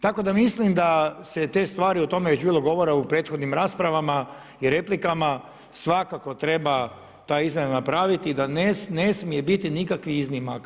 Tako da mislim da se te stvari, o tome je već bilo govora u prethodnim raspravama i replikama, svakako treba ta izmjena napraviti i da ne smije biti nikakvih iznimaka.